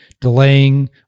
delaying